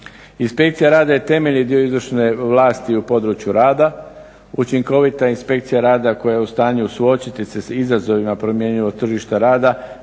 Inspekcija rada je temeljni dio izvršne vlasti u području rada. Učinkovita inspekcija rada koja je u stanju suočiti se s izazovima promjenjivog tržišta rada